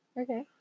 Okay